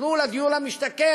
יקראו לה דיור למשתכן,